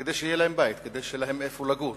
כדי שיהיה להם בית, כדי שיהיה להם איפה לגור.